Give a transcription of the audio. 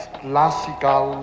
classical